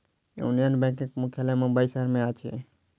union बैंकक मुख्यालय मुंबई शहर में अछि